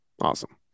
Awesome